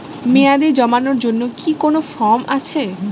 মেয়াদী জমানোর জন্য কি কোন ফর্ম আছে?